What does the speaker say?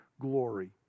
glory